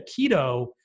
keto